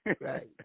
Right